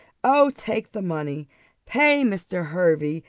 oh, take the money pay mr. hervey,